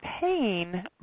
pain